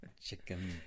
chicken